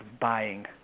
buying